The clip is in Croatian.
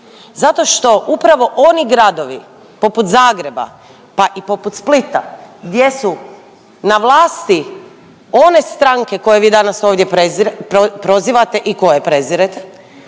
zato što upravo oni gradovi poput Zagreba pa i poput Splita gdje su na vlasti one stranke koje vi danas ovdje prozivate i koje prezirete,